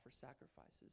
sacrifices